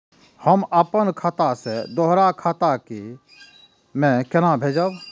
हम आपन खाता से दोहरा के खाता में केना भेजब?